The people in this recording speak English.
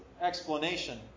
explanation